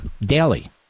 daily